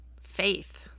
faith